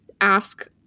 ask